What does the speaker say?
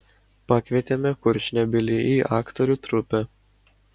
pakvietėme kurčnebylį į aktorių trupę